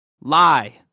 lie